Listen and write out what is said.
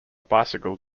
bicycle